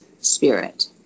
spirit